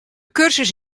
kursus